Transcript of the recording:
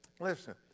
Listen